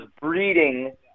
breeding